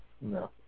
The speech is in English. No